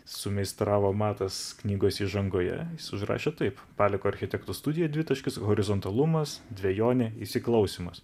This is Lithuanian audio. sumeistravo matas knygos įžangoje jis užrašė taip paleko architektų studija dvitaškis horizontalumas dvejonė įsiklausymas